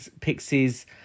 Pixies